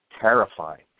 terrifying